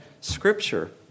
Scripture